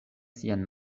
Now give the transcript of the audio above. sian